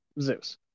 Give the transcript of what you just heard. Zeus